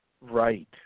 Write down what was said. Right